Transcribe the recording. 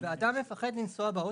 כשאדם מפחד לנסוע באוטובוס,